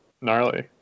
gnarly